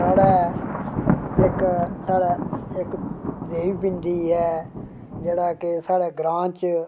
साढ़ै इक साढ़ै इक दवी पिण्डी ऐ जेह्ड़ा कि साढ़ै ग्रांऽ च